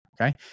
okay